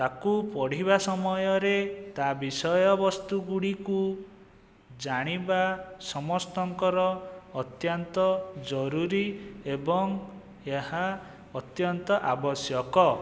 ତାକୁ ପଢ଼ିବା ସମୟରେ ତା ବିଷୟ ବସ୍ତୁ ଗୁଡ଼ିକୁ ଜାଣିବା ସମସ୍ତଙ୍କର ଅତ୍ୟାନ୍ତ ଜରୁରୀ ଏବଂ ଏହା ଅତ୍ୟନ୍ତ ଆବଶ୍ୟକ